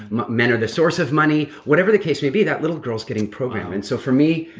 men are the source of money whatever the case may be that little girl is getting programmed. and so for me,